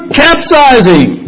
capsizing